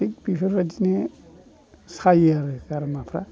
बेफोरबायदिनो सायो आरो गारामाफ्रा